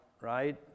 Right